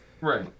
right